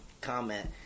comment